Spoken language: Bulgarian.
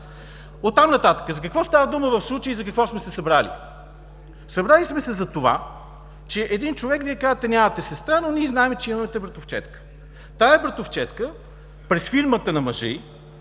Оттам нататък, за какво става дума в случая и за какво сме се събрали? Събрали сме се за това, че един човек – Вие казвате, че нямате сестра, но ние знаем, че имате братовчедка. Тази братовчедка, през фирмата на мъжа